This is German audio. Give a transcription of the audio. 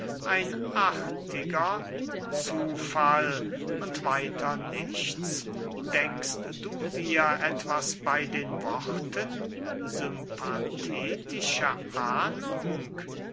ein artiger zufall und weiter nichts denkst du dir etwas bey den worten sympathetische ahnung